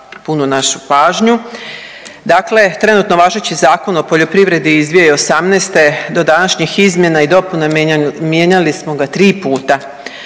punu našu pažnju. Dakle, trenutno važeći Zakon o poljoprivredi iz 2018. do današnjih izmjena i dopuna mijenjali smo ga tri puta.